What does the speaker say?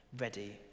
ready